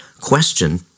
question